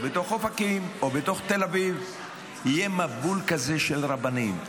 בתוך אופקים או בתוך תל אביב יהיה מבול כזה של רבנים.